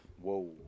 Whoa